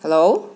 hello